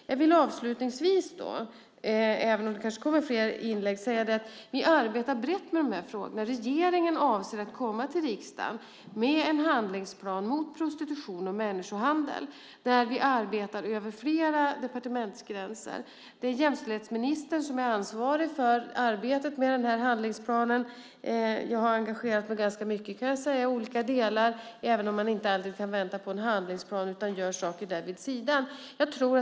Jag vill avslutningsvis säga, även om det kanske kommer fler inlägg, att vi arbetar brett med frågorna. Regeringen avser att komma till riksdagen med en handlingsplan mot prostitution och människohandel där vi arbetar över flera departementsgränser. Det är jämställdhetsministern som är ansvarig för arbetet med handlingsplanen. Jag har engagerat mig ganska mycket i olika delar, även om man inte alltid kan vänta på en handlingsplan utan gör saker vid sidan.